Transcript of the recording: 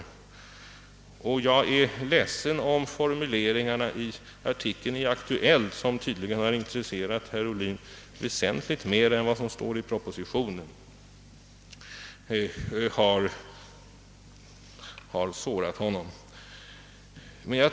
Jag är ledsen om formuleringarna i artikeln i Aktuellt, som tydligen intresserat herr Ohlin väsentligt mycket mer än vad som står i propositionen, har sårat honom.